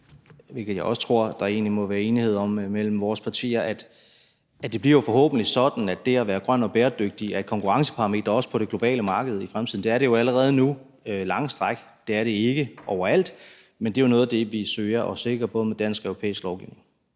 hvilket jeg også tror at der er egentlig må være enighed om i vores partier – at det forhåbentlig bliver sådan, at det at være grøn og bæredygtig er et konkurrenceparameter også på det globale marked i fremtiden. Det er det jo allerede nu i lange stræk, men det er det ikke overalt. Det er noget af det, vi søger at sikre med både dansk og europæisk lovgivning.